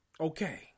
okay